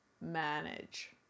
manage